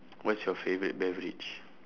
what's your favourite beverage